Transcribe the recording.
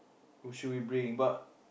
who should we bring but